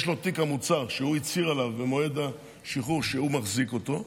יש לו תיק המוצר שהוא הצהיר עליו במועד השחרור שהוא מחזיק אותו,